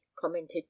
commented